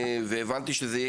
הבנתי שזה יהיה,